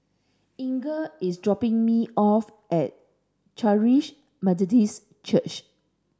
Inger is dropping me off at Charis Methodist Church